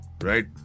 right